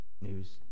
news